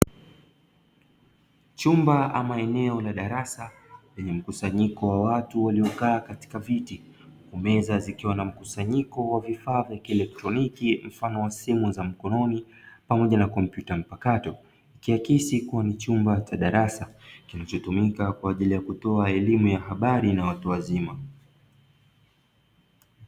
Chumba ama eneo la darasa lenye mkusanyiko wa watu waliokaa katika viti, meza zikiwa na mkusanyiko wa vifaa vya kielektroniki mfano wa simu za mkononi pamoja na kompyuta mpakato, ikiakisi kuwa ni chumba cha darasa kinachotumika kwa ajili ya kutoa elimu na habari na watu wazima.